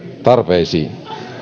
tarpeisiin